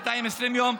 220 יום,